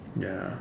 ya